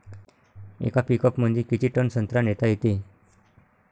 येका पिकअपमंदी किती टन संत्रा नेता येते?